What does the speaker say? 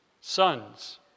Sons